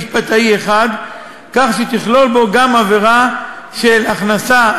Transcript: משפטאי אחד כך שתכלול גם עבירה של הכנסה,